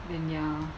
then ya